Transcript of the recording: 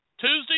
Tuesday